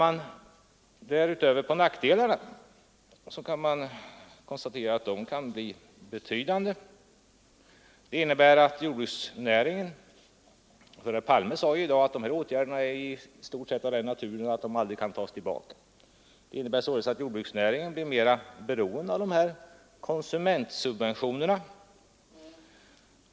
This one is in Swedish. Men nackdelarna kan bli betydande. Herr Palme sade ju i dag att de här åtgärderna är i stort sett av den naturen att de aldrig kan tas tillbaka, och detta innebär att jordbruksnäringen blir mera beroende av dessa konsumentsubventioner.